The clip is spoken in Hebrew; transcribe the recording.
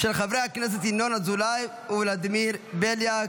הינני מתכבדת להודיעכם,